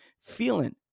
feeling